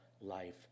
life